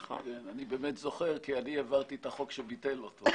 אני באמת זוכר כי אני העברתי את החוק שביטל אותו,